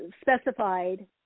specified